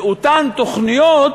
ואותן תוכניות